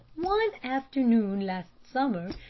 one afternoon last summer,